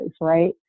right